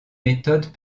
méthodes